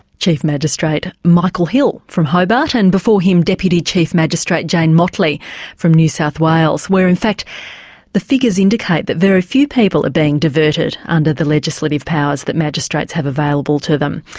chief magistrate michael hill from hobart and before him, deputy chief magistrate jane mottley from new south wales, where in fact the figures indicate that very few people are being diverted under the legislative powers that magistrates have available to them.